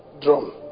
drum